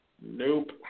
Nope